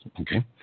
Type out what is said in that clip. Okay